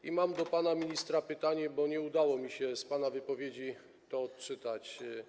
I mam do pana ministra pytanie, bo nie udało mi się z pana wypowiedzi tego wyczytać.